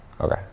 Okay